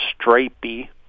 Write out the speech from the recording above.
stripey